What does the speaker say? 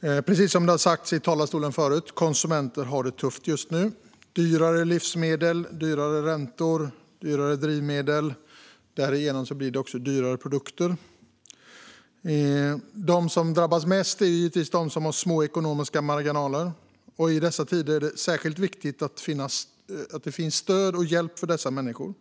Precis som det har sagts i talarstolen tidigare har konsumenter det tufft just nu. Det är dyrare livsmedel, dyrare räntor och dyrare drivmedel. Därigenom blir det också dyrare produkter. De som drabbas mest är givetvis de som har små ekonomiska marginaler, och i dessa tider är det särskilt viktigt att det finns stöd och hjälp för dessa människor.